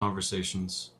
conversations